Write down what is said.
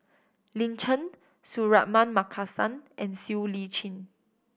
Lin Chen Suratman Markasan and Siow Lee Chin